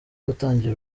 gutangira